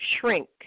shrink